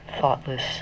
thoughtless